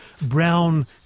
brown